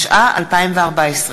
התשע"ה 2014,